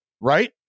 right